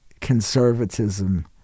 conservatism